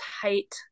tight